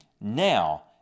Now